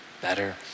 better